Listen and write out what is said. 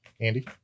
andy